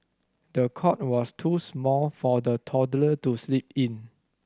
the cot was too small for the toddler to sleep in